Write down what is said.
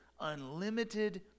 unlimited